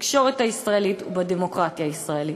בתקשורת הישראלית ובדמוקרטיה הישראלית.